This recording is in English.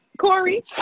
Corey